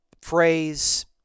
phrase